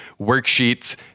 worksheets